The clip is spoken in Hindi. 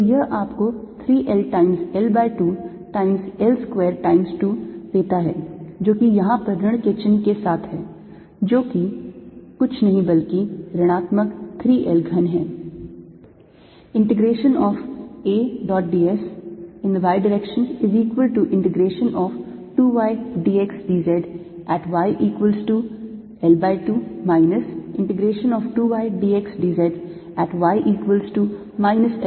तो यह आपको 3 times L by 2 times L square times 2 देता है जो कि यहाँ पर ऋण के चिन्ह के साथ है जो कि कुछ नहीं बल्कि ऋणात्मक 3 L घन है